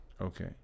Okay